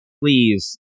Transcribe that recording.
please